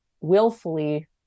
willfully